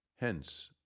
Hence